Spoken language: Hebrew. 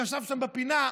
שישב שם בפינה,